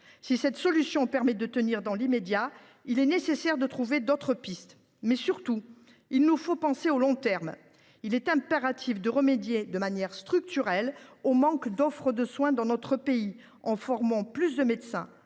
Si cette solution permet de tenir dans l’immédiat, il est nécessaire de trouver d’autres pistes. Surtout, il nous faut penser au long terme. Il est impératif de remédier, de manière structurelle, au manque d’offre de soins dans notre pays, en formant plus de médecins.